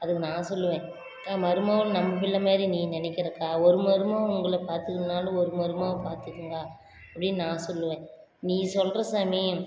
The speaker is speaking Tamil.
அதுக்கு நான் சொல்லுவேன் அக்கா மருமக நம்பளை மாரி நீ நினைக்கிறக்கா ஒரு மருமக உங்களை பார்த்துக்கலனாலும் ஒரு மருமக பார்த்துக்குங்க்கா அப்படின்னு நான் சொல்லுவேன் நீ சொல்ற சாமி